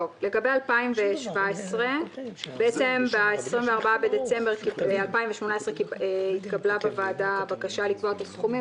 לגבי 2017 ב-24 בדצמבר 2018 התקבלה בוועדה בקשה לקבוע את הסכומים.